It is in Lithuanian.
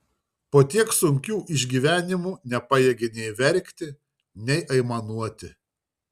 po tiek sunkių išgyvenimų nepajėgė nei verkti nei aimanuoti